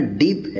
deep